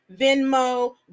Venmo